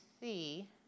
see